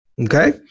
Okay